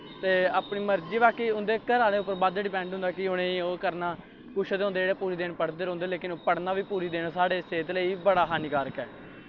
ते अपनी मर्जी बाकी उं'दे घर आह्लें पर बध डपैंड होंदा कि उ'नें गी ओह् करना कुश ते होंदे जेह्के पूरा दिन पढ़दे रौंह्दे लेकिन पढ़ना बी पूरे दिन साढ़े सेह्त लेई बड़ा हानिकारक ऐ